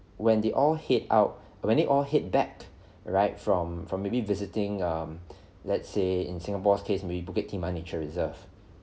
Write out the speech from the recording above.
when they all head out when they all head back right from from maybe visiting um let's say in singapore's case maybe bukit-timah nature reserve